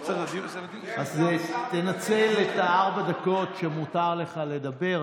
אז תנצל את ארבע הדקות שמותר לך לדבר.